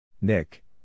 Nick